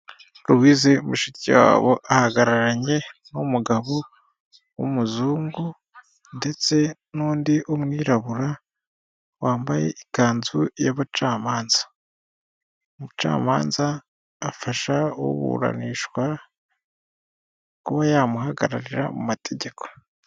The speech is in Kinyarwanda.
Louise mushikiwabo ahagararanye n'umugabo w'umuzungu; ndetse n'undi w'umwirabura wambaye ikanzu y'abacamanza; umucamanza afasha uburanishwa kuba yamuhagararira mu mategeko.